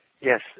Yes